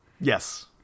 Yes